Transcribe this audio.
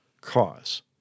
cause